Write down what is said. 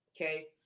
okay